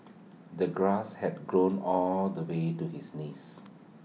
the grass had grown all the way to his knees